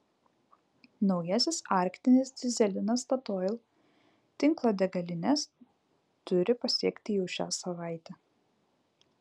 naujasis arktinis dyzelinas statoil tinklo degalines turi pasiekti jau šią savaitę